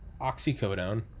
oxycodone